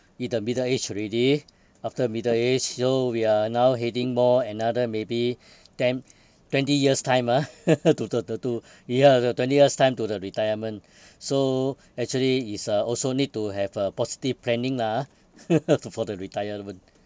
in the middle age already after middle age so we are now heading more another maybe ten twenty years time ah to the the to ya we got twenty years time to the retirement so actually is a also need to have a positive planning lah ah to for the retirement